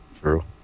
True